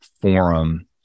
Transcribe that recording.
forum